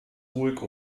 ruhig